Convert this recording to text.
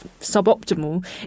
suboptimal